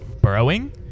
burrowing